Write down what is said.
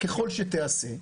כל שתיעשה,